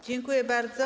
Dziękuję bardzo.